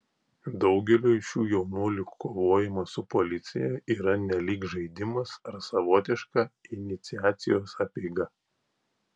daugeliui šių jaunuolių kovojimas su policija yra nelyg žaidimas ar savotiška iniciacijos apeiga